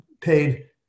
paid